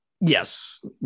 yes